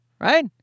right